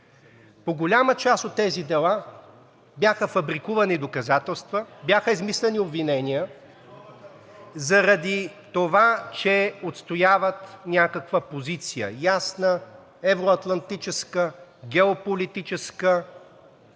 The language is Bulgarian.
по-голяма част от тези дела бяха фабрикувани доказателства, бяха измислени обвинения заради това, че отстояват някаква позиция – ясна, евро-атлантическа, геополитическа,